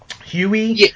Huey